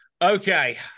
Okay